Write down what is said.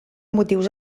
motius